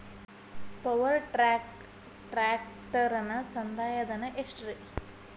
Power track ಟ್ರ್ಯಾಕ್ಟರನ ಸಂದಾಯ ಧನ ಎಷ್ಟ್ ರಿ?